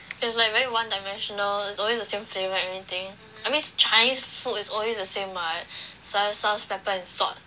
it's like very one dimensional it's always the same flavour and everything I mean it's chinese food is always the same [what] soya sauce pepper and salt